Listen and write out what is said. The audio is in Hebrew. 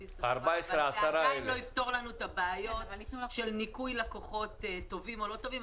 זה לא יפתור לנו את הבעיות של ניכוי לקוחות טובים או לא טובים,